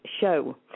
show